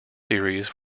series